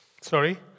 Sorry